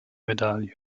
medaille